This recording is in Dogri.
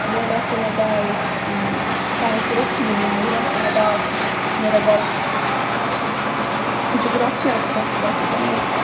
ते में बस में साईंस रक्खी दी नी में आर्टस मेरा तां जगराफी हा स्वजैक्ट में